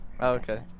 Okay